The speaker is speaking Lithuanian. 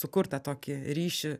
sukurt tą tokį ryšį